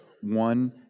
One